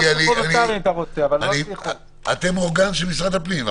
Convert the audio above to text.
אתם אורגן של משרד הפנים.